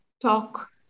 talk